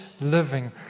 living